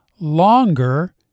longer